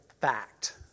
fact